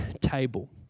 table